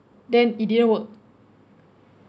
then it didn't work